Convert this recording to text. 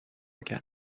again